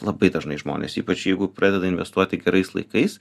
labai dažnai žmonės ypač jeigu pradeda investuoti gerais laikais